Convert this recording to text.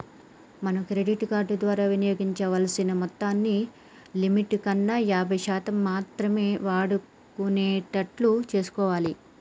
మనం credit card ద్వారా వినియోగించాల్సిన మొత్తాన్ని లిమిట్ కన్నా యాభై శాతం మాత్రమే వాడుకునేటట్లు చూసుకోవాలి